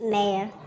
Mayor